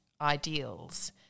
ideals